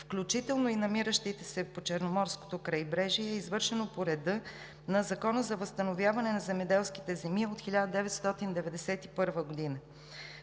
включително и намиращите се по Черноморското крайбрежие, е извършено по реда на Закона за възстановяване на земеделските земи от 1991 г.